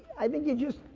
i think you just,